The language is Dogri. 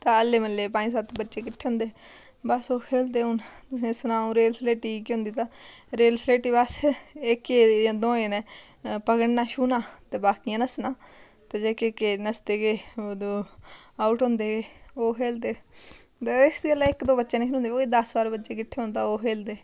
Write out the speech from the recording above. तां अल्लें म्हल्लें पंज सत्त बच्चे किट्ठे होंदे बस ओह् खेलदे हून तुसेंगी सनां रेल स्लेटी केह् होंदी ते रेल स्लेटी अस जेह्के इक जां दो जनें पगड़ना छूह्ना ते बाकियां नस्सना ते जेह्के नस्सदे गे ओह् आउट होंदे गेओह् खेलदे बस जेल्लै इक दो बच्चा नि खलोंदा कोई दस्स बारां बच्चे किट्ठा होंदा तां ओह् खेलदे